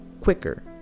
quicker